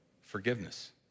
forgiveness